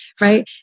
right